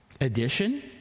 Addition